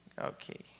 Okay